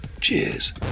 Cheers